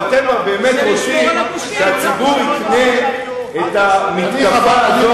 ואתם באמת חושבים שהציבור יקנה את המתקפה הזאת,